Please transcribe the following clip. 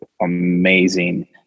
amazing